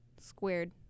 squared